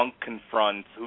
confronts –